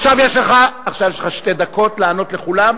עכשיו יש לך שתי דקות לענות לכולם,